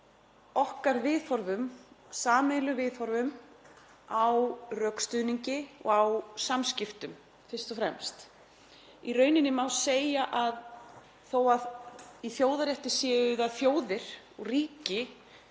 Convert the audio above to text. okkar viðhorfum, sameiginlegu viðhorfum til rökstuðnings og samskipta fyrst og fremst. Í rauninni má segja að þó að í þjóðarétti séu það þjóðir og ríki